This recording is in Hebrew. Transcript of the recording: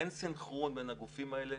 אין סנכרון בין הגופים האלה,